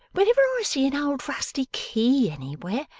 whenever i see an old rusty key anywhere,